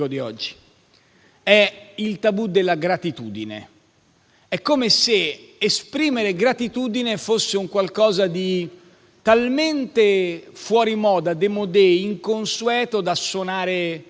È il tabù della gratitudine. È come se esprimere gratitudine fosse un qualcosa di talmente fuori moda, *démodé*, inconsueto, da suonare strano.